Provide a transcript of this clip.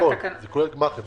זה לא רק בנקים,